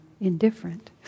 indifferent